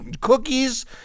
cookies